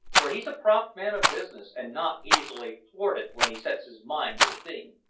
for he's a prompt man of business, and not easily thwarted when he sets his mind to a thing.